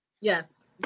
Yes